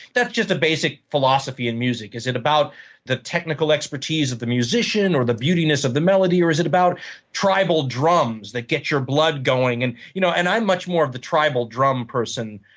that's just a basic philosophy in music is it about the technical expertise of the musician, or the beauty of the melody? or is it about tribal drums that get your blood going. and you know and i'm much more of the tribal drum person.